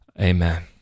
Amen